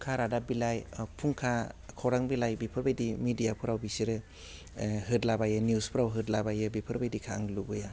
फुंखा रादाब बिलाइ ओह फुंखा खौरां बिलाइ बिफोरबायदि मेडियाफोराव बिसोरो होद्लाबायो निउसफोराव होद्लाबायो बेफोरबायदिखो आं लुबैया